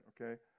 okay